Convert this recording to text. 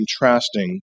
contrasting